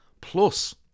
Plus